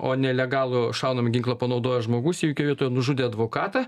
o nelegalų šaunamą ginklą panaudojęs žmogus įvykio vietoje nužudė advokatą